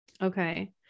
Okay